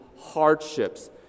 hardships